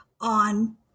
on